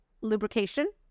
lubrication